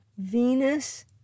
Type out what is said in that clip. Venus